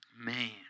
Man